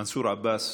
מנסור עבאס.